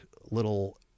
little